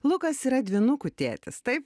lukas yra dvynukų tėtis taip